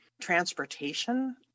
transportation